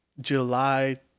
July